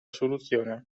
soluzione